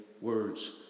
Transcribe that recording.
words